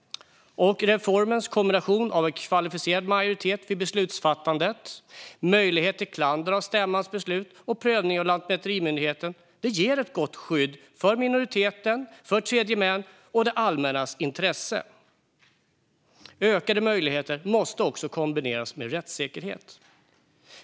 Reformens kombination av kvalificerad majoritet vid beslutsfattandet, möjlighet till klander av stämmans beslut och prövning av lantmäterimyndigheten ger ett gott skydd för minoritetens, tredjemäns och det allmännas intressen. Ökade möjligheter måste också kombineras med rättssäkerhet.